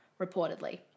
reportedly